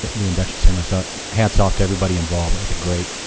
the induction ceremony. so hats off to everybody involved. it was a great,